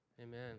Amen